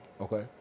Okay